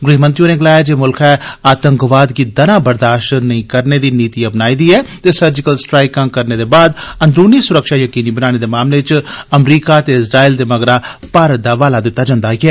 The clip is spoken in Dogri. गृह मंत्री होरें गलाया जे मुल्खै आतंकवाद गी दना बिंद बी बर्दाश्त नेई करने दी नीति अपनाई दी ऐ ते सर्जिकल स्ट्राईकां करने दे बाद अंदरूनी सुरक्षा यकीनी बनाने दे मामले च अमरीका ते इजराईल दे मगरा भारत दा हवाला दित्ता जंदा ऐ